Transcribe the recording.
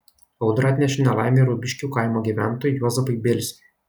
audra atnešė nelaimę ir ubiškių kaimo gyventojui juozapui bėlskiui